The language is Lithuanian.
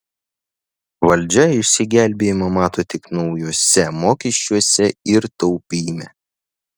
valdžia išsigelbėjimą mato tik naujuose mokesčiuose ir taupyme